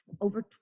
over